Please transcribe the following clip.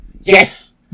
Yes